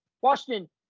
Washington